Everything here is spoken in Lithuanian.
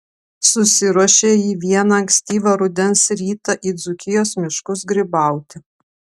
susiruošė ji vieną ankstyvą rudens rytą į dzūkijos miškus grybauti